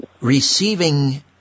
receiving